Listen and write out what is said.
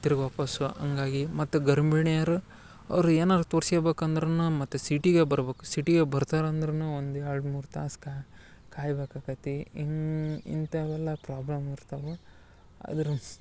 ತಿರ್ಗ ವಾಪಸ್ಸು ಹಂಗಾಗಿ ಮತ್ತೆ ಗರ್ಭಿಣಿಯರು ಅವ್ರ ಏನಾರು ತೋರ್ಸ್ಕ್ಯಬೇಕು ಅಂದ್ರುನ ಮತ್ತೆ ಸಿಟಿಗೆ ಬರ್ಬಕು ಸಿಟಿಗೆ ಬರ್ತಾರಂದರೂನು ಒಂದು ಎರಡು ಮೂರು ತಾಸ್ ಕಾ ಕಾಯ್ಬೇಕಾಕತ್ತಿ ಇನ್ನು ಇಂತವೆಲ್ಲ ಪ್ರಾಬ್ಲಮ್ ಇರ್ತವ ಅದ್ರಸ್